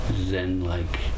zen-like